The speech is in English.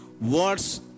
words